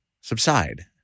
subside